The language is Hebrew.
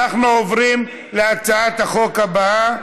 אנחנו עוברים להצעת החוק הבאה,